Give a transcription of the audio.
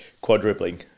quadrupling